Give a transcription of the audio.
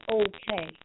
okay